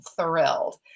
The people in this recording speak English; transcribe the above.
thrilled